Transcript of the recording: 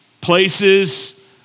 places